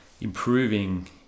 improving